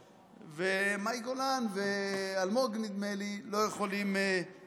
ומאי גולן ואלמוג, נדמה לי, לא יכולים להתמנות.